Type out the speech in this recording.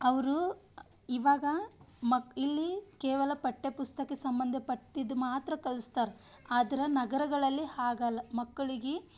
ಅವರು ಇವಾಗ ಮಕ್ ಇಲ್ಲಿ ಕೇವಲ ಪಠ್ಯಪುಸ್ತಕ ಸಂಬಂಧಪಟ್ಟಿದ್ದ ಮಾತ್ರ ಕಲ್ಸ್ತಾರೆ ಆದ್ರೆ ನಗರಗಳಲ್ಲಿ ಹಾಗಲ್ಲ ಮಕ್ಕಳಿಗೆ